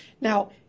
Now